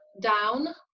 down